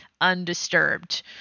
undisturbed